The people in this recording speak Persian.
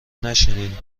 نشینین